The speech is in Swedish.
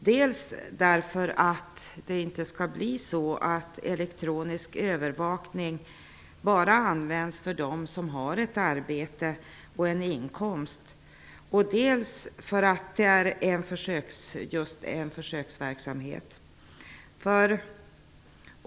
Dels skall inte elektronisk övervakning bara används av dem som har ett arbete och en inkomst, dels är det en försöksverksamhet.